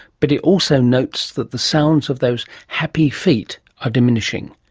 but it also notes that the sounds of those happy feet are diminishing.